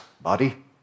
body